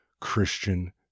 Christian